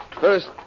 First